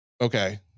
Okay